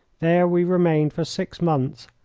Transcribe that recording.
there we remained for six months,